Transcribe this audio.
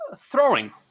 throwing